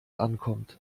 ankommt